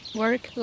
work